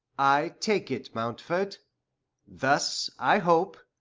i take it, mountfort. thus, i hope,